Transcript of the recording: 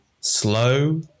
slow